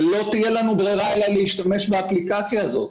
ולא תהיה לנו ברירה אלא להשתמש באפליקציה הזאת.